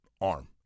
arm